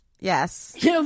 Yes